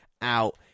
out